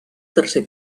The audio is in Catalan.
tercer